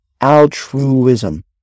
altruism